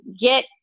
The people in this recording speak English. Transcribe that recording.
get